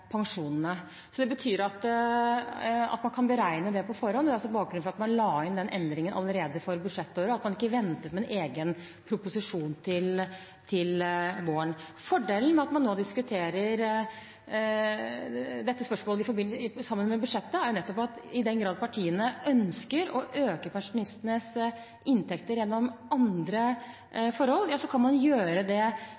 Det betyr at man kan beregne det på forhånd. Det er bakgrunnen for at man la inn den endringen allerede for budsjettåret, og at man ikke ventet med en egen proposisjon til våren. Fordelen med at man nå diskuterer dette spørsmålet sammen med budsjettet, er nettopp at i den grad partiene ønsker å øke pensjonistenes inntekter gjennom andre